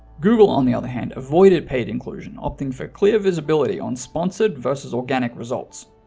google on the other hand avoided paid inclusion opting for clear visibility on sponsored versus organic results.